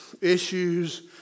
issues